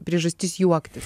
priežastis juoktis